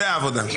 והעבודה.